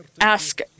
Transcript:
ask